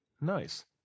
Nice